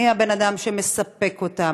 מי הבן-אדם שמספק אותם?